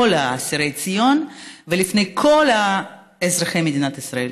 אסירי ציון ולפני כל אזרחי מדינת ישראל,